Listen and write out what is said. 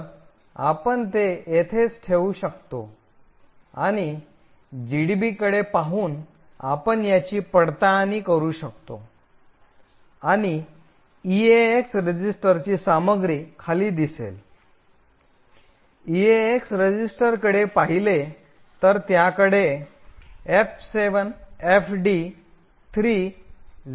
तर आपण ते येथेच ठेवू शकतो आणि जीडीबीकडे पाहून आपण याची पडताळणी करू शकतो आणि EAX रजिस्टरची सामग्री खाली दिसेल EAX रजिस्टर कडे पहिले तर त्याकडे F7FD3000 आहे